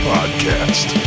Podcast